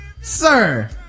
sir